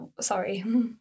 sorry